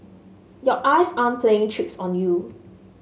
your eyes aren't playing tricks on you